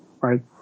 right